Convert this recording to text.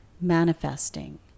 manifesting